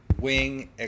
wing